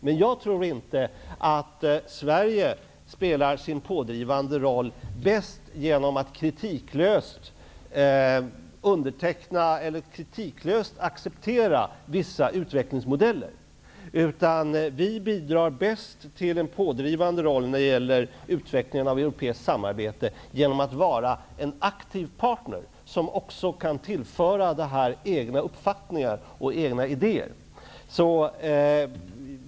Men jag tror inte att Sverige spelar sin pådrivande roll bäst genom att kritiklöst acceptera vissa utvecklingsmodeller, utan vi bidrar bäst till att driva på utvecklingen av det europeiska samarbetet genom att vara en aktiv partner som också kan tillföra egna uppfattningar och egna ide er.